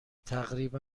تقریبا